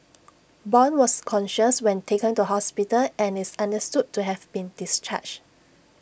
Bong was conscious when taken to hospital and is understood to have been discharged